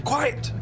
Quiet